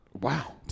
Wow